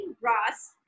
brass